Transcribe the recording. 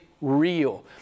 real